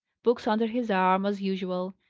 books under his arm, as usual,